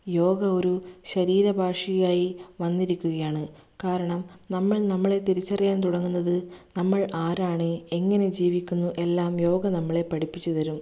യോഗ ഒരു ശരീര ഭാഷയായി വന്നിരിക്കുകയാണ് കാരണം നമ്മൾ നമ്മളെ തിരിച്ചറിയാൻ തുടങ്ങുന്നത് നമ്മൾ ആരാണ് എങ്ങനെ ജീവിക്കുന്നു എല്ലാം യോഗ നമ്മളെ പഠിപ്പിച്ചുതരും